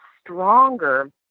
stronger